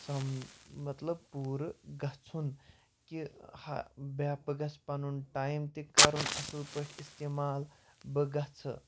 سَم مطلب پوٗرٕ گژھُن کہِ ہا بیاکھ بہٕ گَژھِ پَنُن ٹایم تہِ کَرُن اَصٕل پٲٹھۍ اِستعمال بہٕ گژھٕ